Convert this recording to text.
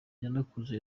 kanakuze